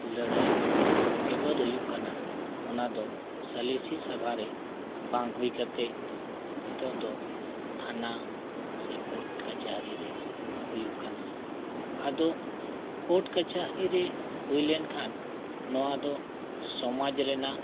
ᱞᱟᱹᱲᱦᱟᱹᱭ ᱵᱤᱵᱟᱹᱫᱽ ᱦᱩᱭᱩᱜ ᱠᱟᱱᱟ ᱚᱱᱟ ᱫᱚ ᱥᱟᱞᱤᱥᱤ ᱥᱚᱵᱷᱟᱨᱮ ᱵᱟᱝ ᱦᱩᱭ ᱠᱟᱛᱮᱫ ᱱᱤᱛᱳᱜ ᱫᱚ ᱛᱷᱟᱱᱟ ᱥᱮ ᱠᱳᱴ ᱠᱟᱹᱪᱷᱟᱹᱨᱤ ᱨᱮ ᱦᱩᱭᱩᱜ ᱠᱟᱱᱟ ᱟᱫᱚ ᱠᱳᱴ ᱠᱟᱹᱪᱷᱟᱹᱨᱤ ᱨᱮ ᱦᱩᱭ ᱞᱮᱱ ᱠᱷᱟᱱ ᱱᱚᱣᱟ ᱫᱚ ᱥᱚᱢᱟᱡᱽ ᱨᱮᱱᱟᱜ